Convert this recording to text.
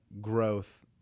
growth